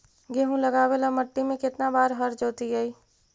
गेहूं लगावेल मट्टी में केतना बार हर जोतिइयै?